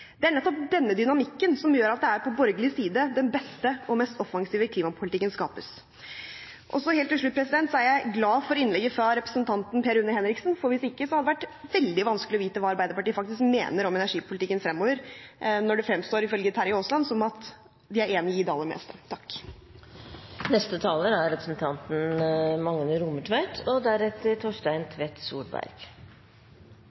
Det er nettopp denne dynamikken som gjør at det er på borgerlig side den beste og mest offensive klimapolitikken skapes. Helt til slutt: Jeg er glad for innlegget fra representanten Per Rune Henriksen, for uten det hadde det vært veldig vanskelig å vite hva Arbeiderpartiet faktisk mener om energipolitikken fremover – når det ifølge Terje Aasland fremstår som om de er enig i det aller meste. Transport skal i framtida verta reinare og